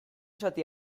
zati